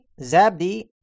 Zabdi